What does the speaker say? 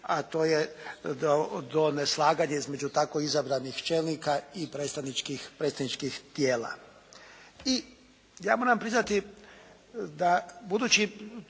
a to je do neslaganje između tako izabranih čelnika i predstavničkih tijela. I ja moram priznati da budući